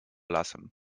lasem